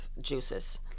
juices